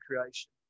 creation